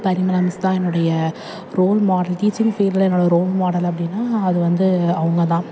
Parimala miss தான் என்னுடைய role model teaching ஃபீல்டில் என்னுடைய ரோல் மாடல் அப்படினா அது வந்து அவங்க தான்